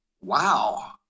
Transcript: Wow